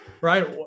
right